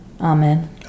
Amen